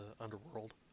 underworld